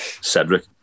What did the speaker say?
Cedric